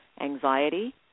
anxiety